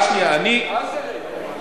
רק שנייה, אני,